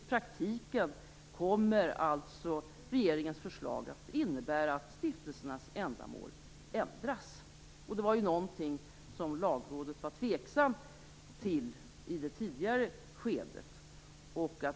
I praktiken kommer alltså regeringens förslag att innebära att stiftelsernas ändamål ändras. Det var någonting som Lagrådet var tveksamt till i det tidigare skedet.